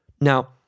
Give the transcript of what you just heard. Now